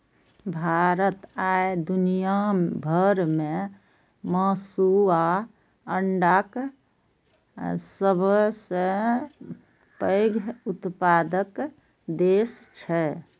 भारत आइ दुनिया भर मे मासु आ अंडाक सबसं पैघ उत्पादक देश छै